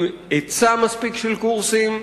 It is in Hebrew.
עם היצע מספיק של קורסים,